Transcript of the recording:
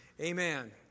Amen